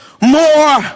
more